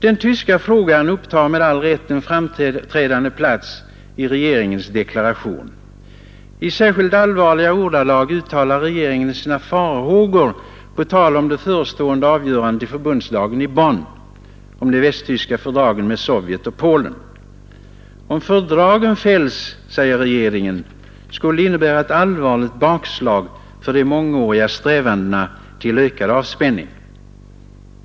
Den tyska frågan upptar med all rätt en framträdande plats i regeringens deklaration. I särskilt allvarliga ordalag uttalar regeringen sina farhågor på tal om det förestående avgörandet i förbundsdagen i Bonn om de västtyska fördragen med Sovjet och Polen. Om fördragen fälls, säger regeringen, skulle det innebära ett allvarligt bakslag för de mångåriga strävandena till ökad avspänning.